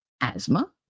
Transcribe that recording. asthma